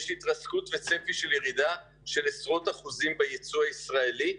יש התרסקות וצפי של ירידה של עשרות אחוזים ביצוא הישראלי,